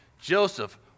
Joseph